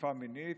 תקיפה מינית.